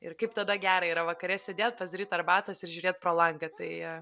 ir kaip tada gera yra vakare sėdėt pasidaryt arbatos ir žiūrėt pro langą tai